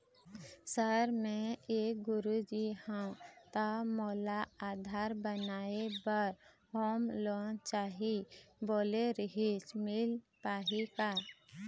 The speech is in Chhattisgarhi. सर मे एक गुरुजी हंव ता मोला आधार बनाए बर होम लोन चाही बोले रीहिस मील पाही का?